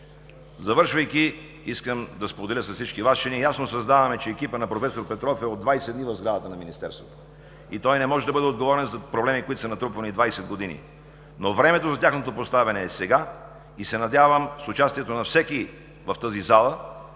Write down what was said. Завършвайки, искам да споделя с всички Вас, че ние ясно съзнаваме, че екипът на проф. Петров е от 20 дни в сградата на Министерството и той не може да бъде отговорен за проблемите, които са натрупвани 20 години. Но времето за тяхното поставяне е сега и се надявам с участието на всеки в тази зала